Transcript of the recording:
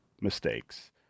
mistakes